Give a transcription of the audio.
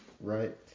right